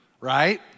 right